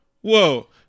Whoa